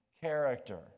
character